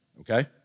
okay